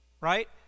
Right